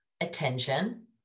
attention